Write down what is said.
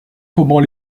comment